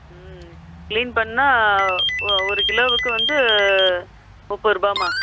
ம் கிளீன் பண்ணால் ஒரு கிலோவுக்கு வந்து முப்பது ரூபாம்மா